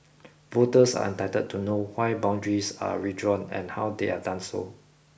voters are entitled to know why boundaries are redrawn and how they are done so